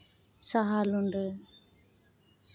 ᱥᱟᱦᱟ ᱞᱩᱸᱰᱟᱹ